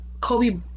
kobe